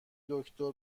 دکتر